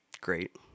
great